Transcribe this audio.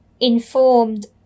informed